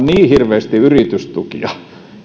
niin hirveästi yritystukia